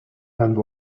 and